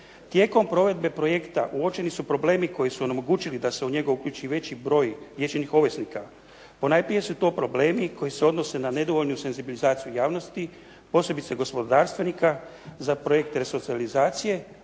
Tijekom provedbe projekta uočeni su problemi koji su onemogućili da se u njega uključi veći broj liječenih ovisnika. Ponajprije su to problemi koji se odnose na nedovoljnu senzibilizaciju javnosti, posebice gospodarstvenika za projekte resocijalizacije,